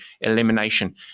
elimination